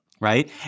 right